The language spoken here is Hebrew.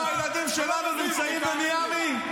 כן, אנחנו, הילדים שלנו נמצאים במיאמי?